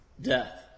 death